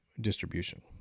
distribution